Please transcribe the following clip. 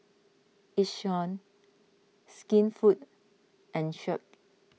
Yishion Skinfood and Schick